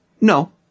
No